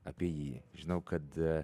apie jį žinau kad a